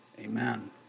amen